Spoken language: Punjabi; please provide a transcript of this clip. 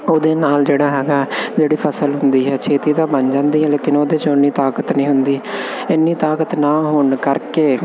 ਉਹਦੇ ਨਾਲ ਜਿਹੜਾ ਹੈਗਾ ਜਿਹੜੀ ਫ਼ਸਲ ਹੁੰਦੀ ਹੈ ਛੇਤੀ ਤਾਂ ਬਣ ਜਾਂਦੀ ਆ ਲੇਕਿਨ ਉਹਦੇ 'ਚ ਉੰਨੀ ਤਾਕਤ ਨਹੀਂ ਹੁੰਦੀ ਇੰਨੀ ਤਾਕਤ ਨਾ ਹੋਣ ਕਰਕੇ